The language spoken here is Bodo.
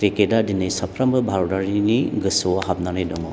क्रिकेटआ दिनै साफ्रोमबो भारतआरिनि गोसोआव हाबनानै दङ